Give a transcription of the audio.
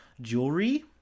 Jewelry